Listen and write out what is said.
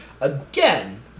again